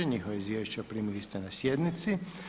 Njihova izvješća primili ste na sjednici.